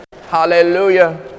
hallelujah